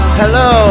hello